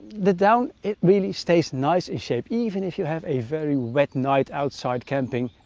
the down, it really stays nice in shape, even if you have a very wet night outside camping,